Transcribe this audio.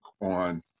on